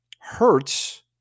hurts